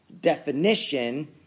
Definition